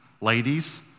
ladies